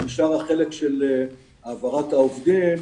נשאר החלק של העברת העובדים,